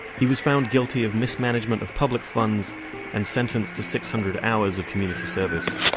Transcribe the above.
he was found guilty of mismanagement of public funds and sentenced to six hundred hours of community service.